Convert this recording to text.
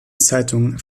zeitung